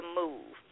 move